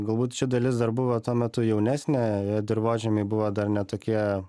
galbūt ši dalis dar buvo tuo metu jaunesnė dirvožemiai buvo dar ne tokie